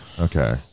Okay